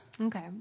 Okay